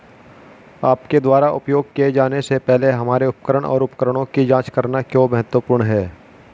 आपके द्वारा उपयोग किए जाने से पहले हमारे उपकरण और उपकरणों की जांच करना क्यों महत्वपूर्ण है?